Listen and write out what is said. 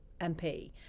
MP